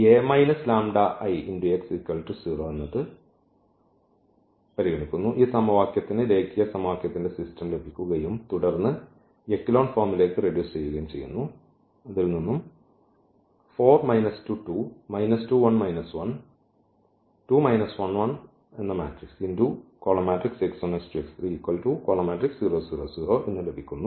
അതിനാൽ ഈ ഈ സമവാക്യത്തിന് രേഖീയ സമവാക്യത്തിന്റെ സിസ്റ്റം ലഭിക്കുകയും തുടർന്ന് എക്കെലോൺ ഫോമിലേക്ക് റെഡ്യൂസ് ചെയ്യുന്നു